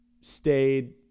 stayed